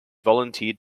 volunteered